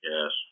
Yes